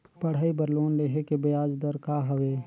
पढ़ाई बर लोन लेहे के ब्याज दर का हवे?